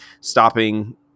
stopping –